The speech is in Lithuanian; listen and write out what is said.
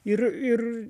ir ir